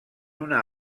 una